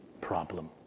problem